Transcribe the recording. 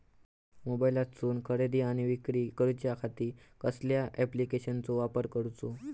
मोबाईलातसून खरेदी आणि विक्री करूच्या खाती कसल्या ॲप्लिकेशनाचो वापर करूचो?